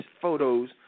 photos